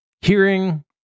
hearing